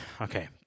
okay